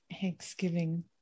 Thanksgiving